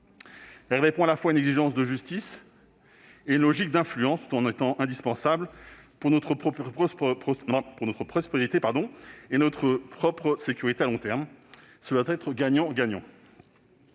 Elle répond à la fois à une exigence de justice et à une logique d'influence, tout en étant indispensable pour notre propre prospérité et sécurité à long terme- ce doit être gagnant-gagnant.